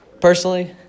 personally